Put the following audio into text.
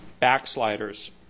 backsliders